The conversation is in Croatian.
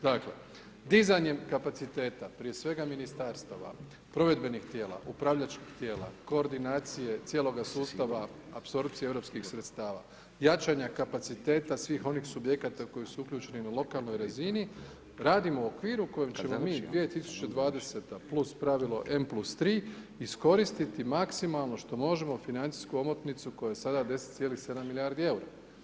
Dakle, dizanjem kapaciteta prije svega ministarstava, provedbenih tijela, upravljačkih tijela, koordinacije cijeloga sustava apsorpcije europskih sredstava, jačanja kapaciteta svih onih subjekata koji su uključeni na lokalnoj razini radimo u okviru u kojem ćemo mi 2020. plus pravilo n+3 iskoristiti maksimalno što možemo financijsku omotnicu koja je sada 10,7 milijardi EUR-a.